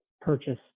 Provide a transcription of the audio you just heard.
purchase